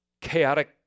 chaotic